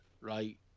right